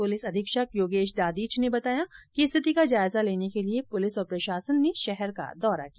police अधीक्षक योगेश दाधीच ने बताया कि स्थिति का जायजा लेने के लिये पुलिस और प्रशासन ने शहर का दौरा किया